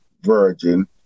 virgin